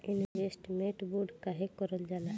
Investment bond काहे कारल जाला?